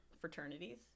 fraternities